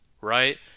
right